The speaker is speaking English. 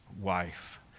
wife